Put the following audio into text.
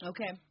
Okay